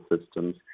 systems